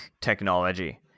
technology